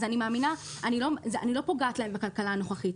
אז אני לא פוגעת להם בכלכלה הנוכחית,